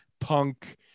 punk